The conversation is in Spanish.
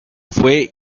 fue